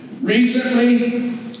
Recently